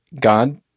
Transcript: God